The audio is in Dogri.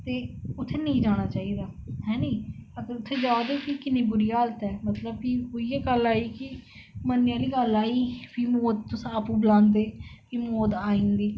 ते उत्थै नेईं जाना चाहिदा अगर उत्थै जाओ ते उत्थै किन्नी बुरी हालत ऐ अगर उत्थै नेईं जाओ ते मरने आहली गल्ल आई फ्ही ओह् साफ बलांदे मौत आई जंदी